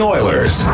Oilers